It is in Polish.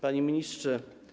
Panie Ministrze!